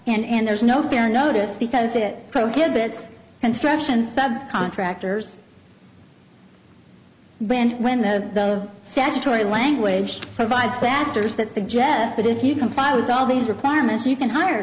and and there's no fair notice because it prohibits construction sub contractors when when the statutory language provides factors that suggest that if you comply with all these requirements you can hire